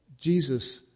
Jesus